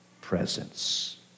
presence